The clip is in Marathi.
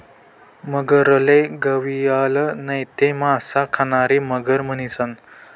मगरले गविअल नैते मासा खानारी मगर म्हणतंस